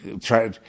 try